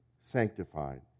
sanctified